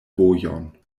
vojon